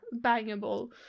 bangable